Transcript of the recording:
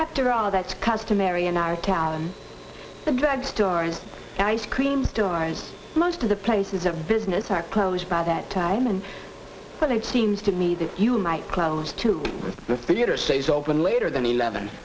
after all that's customary in our talon the drugstore and ice cream store and most of the places of business are closed by that time and for there seems to me that you might close to the theater stays open later than eleven